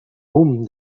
boom